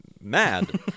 mad